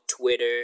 Twitter